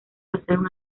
pasaron